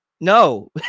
no